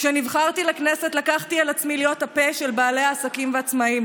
כשנבחרתי לכנסת לקחת על עצמי להיות הפה של בעלי העסקים והעצמאים.